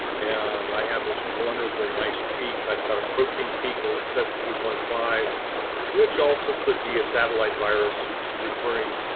and i have this wonderful nice peak. i've got a protein peak over seventeen point five which also could be a satellite virus referring,